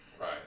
Right